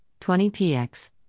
20px